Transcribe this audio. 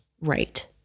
Right